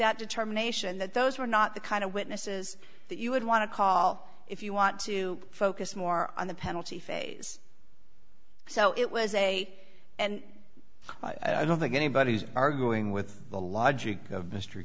that determination that those were not the kind of witnesses that you would want to call if you want to focus more on the penalty phase so it was a and i don't think anybody's arguing with the logic